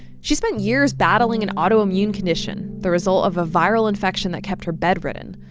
she spent years battling an autoimmune condition the result of a viral infection that kept her bedridden.